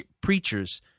preachers